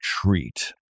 treat